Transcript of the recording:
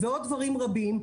ועוד דברים רבים,